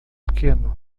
pequeno